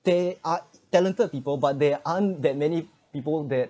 there are talented people but there aren't that many people that